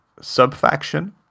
sub-faction